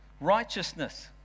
Righteousness